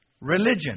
religion